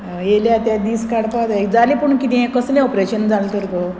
येयल्या ते दीस काडपा जाय जालें पूण किदें कसलें ऑपरेशन जालें तर गो